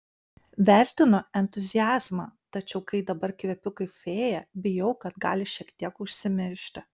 vertinu entuziazmą tačiau kai dabar kvepiu kaip fėja bijau kad gali šiek tiek užsimiršti